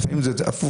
לפעמים זה הפוך,